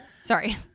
Sorry